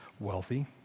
wealthy